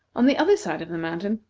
on the other side of the mountain,